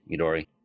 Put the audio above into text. Midori